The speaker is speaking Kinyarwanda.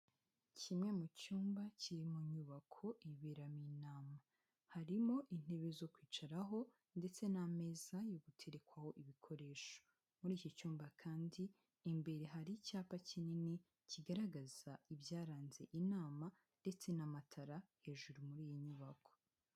Kimwe mu cyumba kiri mu nyubako iberamo inama, harimo intebe zo kwicaraho ndetse n'ameza yo gu guterekwaho ibikoresho, muri iki cyumba kandi imbere hari icyapa kinini kigaragaza ibyaranze inama ndetse n'amatara hejuru muri iyi nyubako.